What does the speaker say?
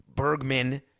Bergman